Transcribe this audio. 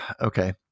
okay